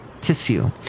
Tissue